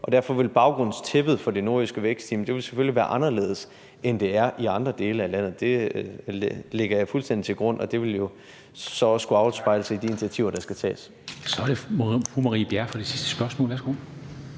og derfor vil baggrundstæppet for det nordjyske vækstteam selvfølgelig være anderledes, end det er i andre dele af landet. Det lægger jeg fuldstændig til grund, og det vil så også kunne afspejles i de initiativer, der skal tages. Kl. 17:47 Formanden (Henrik Dam Kristensen): Tak. Så